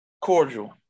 cordial